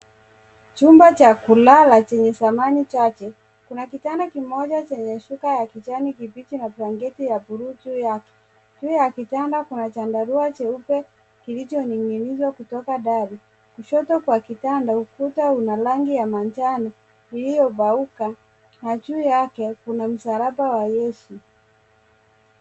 Chumba cha kulala chenye samani chache, kuna kitanda kimoja chenye shuka ya kijani kibichi na blanketi ya buluu juu yake. Juu ya kitanda kuna chandarua cheupe kilichoning'inizwa kutoka dari, kushoto kwa kitanda, ukuta una rangi ya manjano, iliyobauka na juu yake ,kuna msalaba wa Yesu.